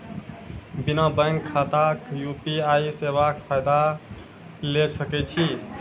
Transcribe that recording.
बिना बैंक खाताक यु.पी.आई सेवाक फायदा ले सकै छी?